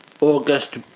August